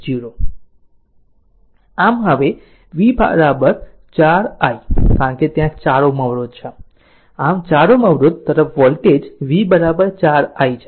આમ હવે v 4 i કારણ કે ત્યાં 4 Ωઅવરોધ છે આમ 4 Ωઅવરોધ તરફ વોલ્ટેજ v 4 i છે